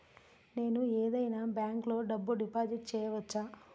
నేను ఏదైనా బ్యాంక్లో డబ్బు డిపాజిట్ చేయవచ్చా?